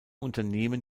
unternehmen